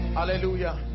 hallelujah